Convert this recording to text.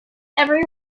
every